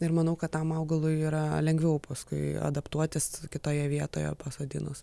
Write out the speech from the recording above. ir manau kad tam augalui yra lengviau paskui adaptuotis kitoje vietoje pasodinus